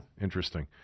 Interesting